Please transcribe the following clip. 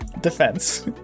defense